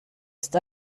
ist